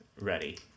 Ready